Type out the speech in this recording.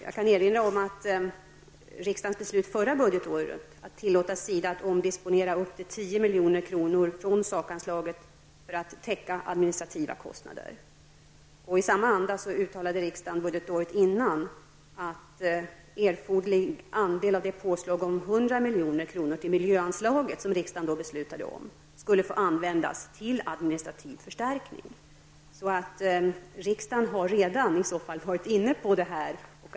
Jag kan erinra om riksdagsbeslutet under förra budgetåret, dvs. att tillåta SIDA att omdisponera upp till 10 milj.kr. från sakanslaget för att täcka administrativa kostnader. I samma anda uttalade riksdagen budgetåret innan att erforderlig andel av det påslag om 100 milj.kr. till miljöanslaget, som riksdagen beslutade om, skulle få användas till administrativ förstärkning. Riksdagen har redan varit inne på detta.